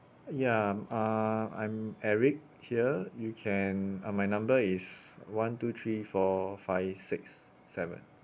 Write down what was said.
ya um I'm eric here you can uh my number is one two three four five six seven